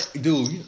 Dude